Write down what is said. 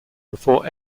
before